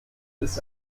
ist